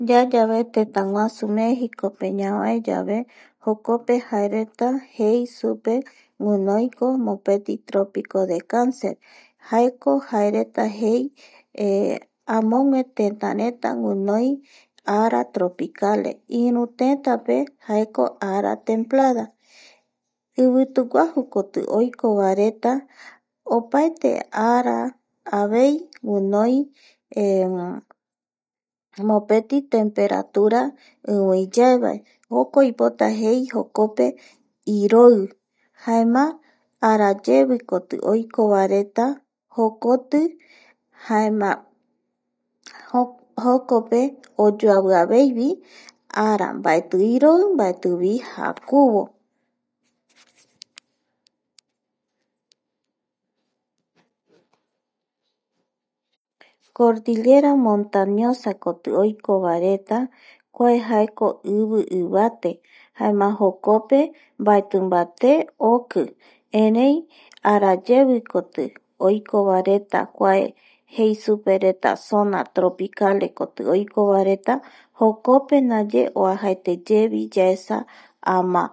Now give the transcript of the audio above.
Yayave tetaguasu Mexicopeyave ñamaeyave jokope jaereta jei supe guinoiko mopeti tropico de super jei superetavae jaeko jaereta jei amogue tetareta guinoi ara tropicales iru tetape jaeko ara templado ivituguaju koti oiko vareta apaete ara avei guinoi mopeti temperatura iviiyaevae jokuae oipota jei jokope iroi jaema arayevikoti oiko vaereta jokoti jokope kuareta oyoaviaveivi ara mbaeti iroi jare mbaetivi jakuvo cordillera montañosa koti oiko vareta kua jaeko ivi ivate jaema jokope mbaetimbate oki erei arayevikoti oiko vareta kua jei supereta zona tropicales koti oiko vareta jokope ndaye oajaeteyevi yaesa ama